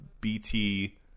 BT